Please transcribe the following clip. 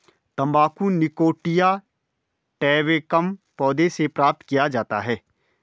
तंबाकू निकोटिया टैबेकम पौधे से प्राप्त किया जाता है